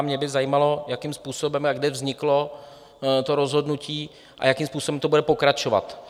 Mě by zajímalo, jakým způsobem a kde vzniklo to rozhodnutí a jakým způsobem to bude pokračovat.